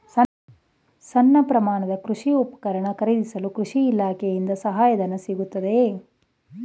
ಸಣ್ಣ ಪ್ರಮಾಣದ ಕೃಷಿ ಉಪಕರಣ ಖರೀದಿಸಲು ಕೃಷಿ ಇಲಾಖೆಯಿಂದ ಸಹಾಯಧನ ಸಿಗುತ್ತದೆಯೇ?